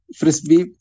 frisbee